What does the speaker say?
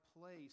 place